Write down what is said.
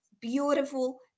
Beautiful